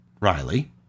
Riley